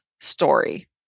story